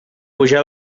pujar